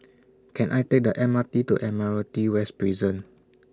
Can I Take The M R T to Admiralty West Prison